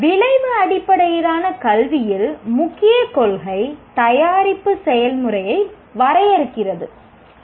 விளைவு அடிப்படையிலான கல்வியில் முக்கிய கொள்கை "தயாரிப்பு செயல்முறையை வரையறுக்கிறது"